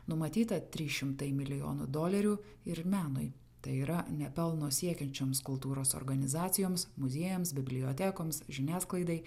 numatyta trys šimtai milijonų dolerių ir menui tai yra nepelno siekiančioms kultūros organizacijoms muziejams bibliotekoms žiniasklaidai